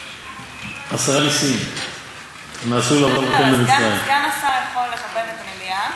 "עשרה נסים נעשו לאבותינו" סגן השר יכול לכבד את המליאה